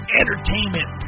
entertainment